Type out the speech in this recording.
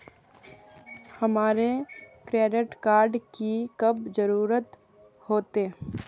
हमरा credit card की कब जरूरत होते?